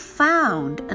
found